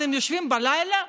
אתם יושבים בלילה?